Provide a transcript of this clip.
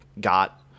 got